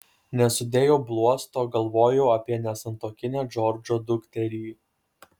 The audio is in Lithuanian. nesudėjau bluosto galvojau apie nesantuokinę džordžo dukterį